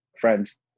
friends